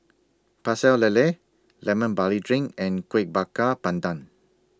Pecel Lele Lemon Barley Drink and Kueh Bakar Pandan